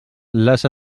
les